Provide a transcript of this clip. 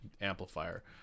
Amplifier